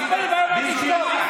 חוצפנית, את אומרת לי לשתוק?